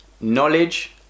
knowledge